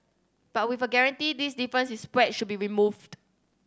but with a guarantee this difference is spread should be removed